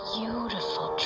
Beautiful